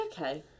okay